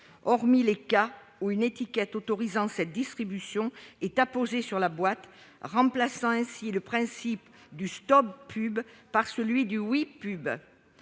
hormis les cas où une étiquette autorisant cette distribution est apposée sur la boîte, remplaçant ainsi le principe du Stop Pub par celui du Oui Pub.